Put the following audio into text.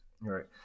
Right